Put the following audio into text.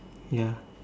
ya